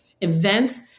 events